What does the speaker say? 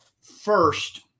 first